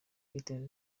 kwiteza